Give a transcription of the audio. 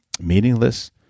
meaningless